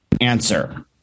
Answer